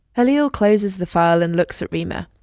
khalil closes the file and looks at reema.